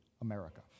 America